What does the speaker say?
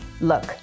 Look